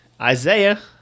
Isaiah